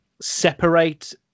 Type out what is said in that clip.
separate